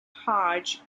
hodge